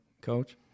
coach